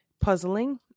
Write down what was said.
puzzling